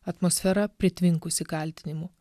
atmosfera pritvinkusi kaltinimų